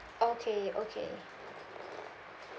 okay okay